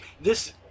this-